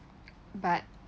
but